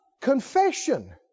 confession